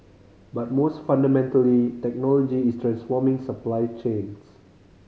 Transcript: but most fundamentally technology is transforming supply chains